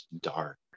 dark